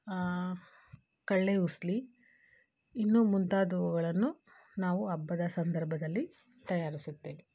ಕಳ್ಳೆ ಹುಸ್ಲಿ ಇನ್ನು ಮುಂತಾದವುಗಳನ್ನು ನಾವು ಹಬ್ಬದ ಸಂದರ್ಭದಲ್ಲಿ ತಯಾರಿಸುತ್ತೇವೆ